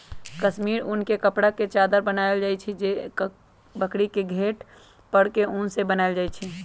कस्मिर उन के कपड़ा आ चदरा बनायल जाइ छइ जे बकरी के घेट पर के उन से बनाएल जाइ छइ